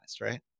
right